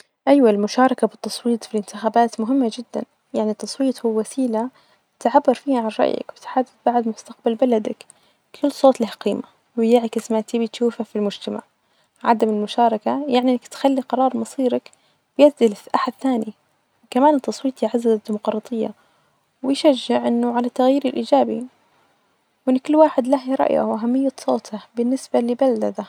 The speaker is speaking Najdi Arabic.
أيوة المشاركة بالتصويا في الانتخابات مهمة جدا، يعني التصويت هو وسيله تعبر فيها عن رأيك وتحدد بعد مستقبل بلدك كل صوت له قيمة ويعكس ما تبغي تشوفة في المجتمع، عدم المشاركة يعني أنك تخلي قرار مصيرك بيد أحد ثاني، كمان التصويت يعزز الديمقراطية، ويشجع علي التغيير الإيجابي وأن كل واحد لة رأية وأهمية صوتة بالنسبة لبلدة.